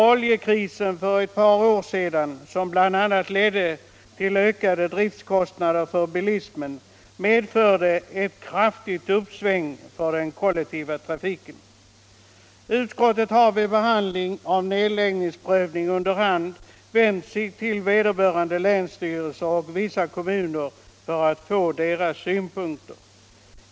Oljekrisen för ett par år sedan, som bl.a. ledde till ökade driftkostnader för bilismen, medförde ett kraftigt uppsving för den kollektiva trafiken. Utskottet har vid behandlingen av nedläggningsprövning under hand vänt sig till vederbörande länsstyrelser och vissa kommuner för att få deras synpunkter.